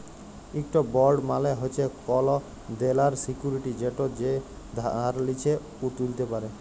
ইকট বল্ড মালে হছে কল দেলার সিক্যুরিটি যেট যে ধার লিছে উ তুলতে পারে